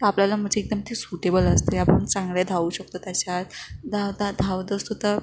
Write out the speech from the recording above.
तर आपल्याला म्हणजे एकदम ते सुटेबल असते आपण चांगले धावू शकतो त्याच्यात धावता धावत असतो तर